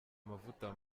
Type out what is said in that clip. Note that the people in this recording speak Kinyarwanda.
amavuta